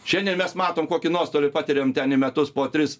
šiandien mes matom kokį nuostolį patiriam ten į metus po tris